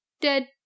dead